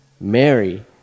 Mary